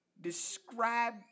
describe